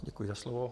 Děkuji za slovo.